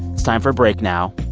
it's time for a break now.